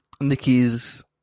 nikki's